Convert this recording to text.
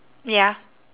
ya